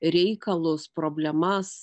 reikalus problemas